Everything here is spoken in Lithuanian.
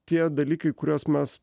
tie dalykai kuriuos mes